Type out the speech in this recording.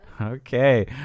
Okay